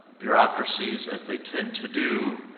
bureaucracies as they tend to do,